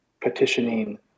petitioning